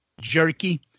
Jerky